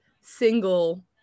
single